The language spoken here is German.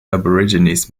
aborigines